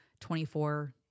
24